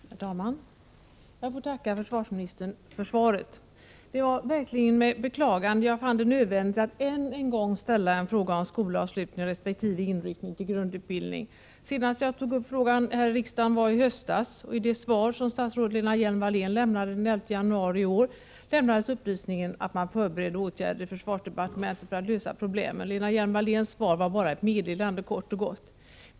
Herr talman! Jag får tacka försvarsministern för svaret. Det var verkligen med beklagande jag fann det nödvändigt att än en gång ställa en fråga om skolavslutning resp. inryckning till grundutbildning. Senast jag tog upp Nr 112 frågan här i riksdagen var i höstas. I det svar som statsrådet Lena Tisdagen den Hjelm-Wallén lämnade den 11 januari i år gavs upplysningen att man 9 april 1985 förberedde åtgärder i försvarsdepartementet för att lösa problemen. Lena Hjelm-Walléns svar var bara ett meddelande, kort och gott.